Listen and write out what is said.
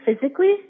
physically